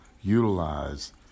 utilize